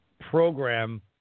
program